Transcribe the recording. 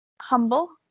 Humble